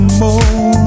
more